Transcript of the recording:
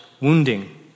wounding